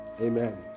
amen